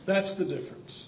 that's the difference